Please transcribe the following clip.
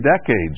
decades